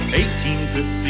1850